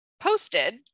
posted